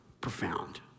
profound